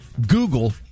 Google